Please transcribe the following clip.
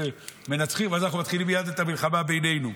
מנצחים, אבל אז מתחילים מייד את המלחמה בינינו.